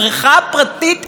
מה זה רצון העם?